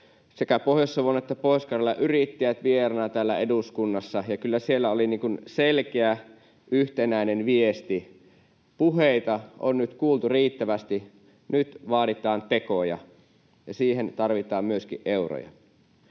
sekä Pohjois-Savosta että Pohjois-Karjalasta vieraana täällä eduskunnassa, ja kyllä siellä oli selkeä yhtenäinen viesti: puheita on nyt kuultu riittävästi, nyt vaaditaan tekoja, ja siihen tarvitaan myöskin euroja.